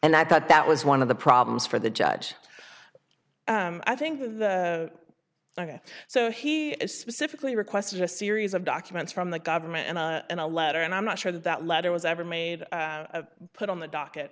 and i thought that was one of the problems for the judge i think ok so he specifically requested a series of documents from the government and a letter and i'm not sure that that letter was ever made put on the docket